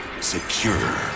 secure